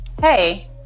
hey